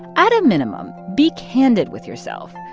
at a minimum, be candid with yourself.